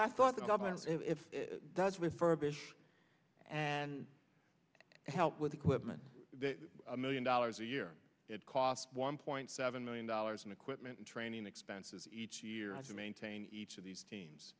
last thought that does with furbish and help with equipment a million dollars a year it cost one point seven million dollars in equipment and training expenses each year to maintain each of these teams